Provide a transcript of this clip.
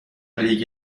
لیگ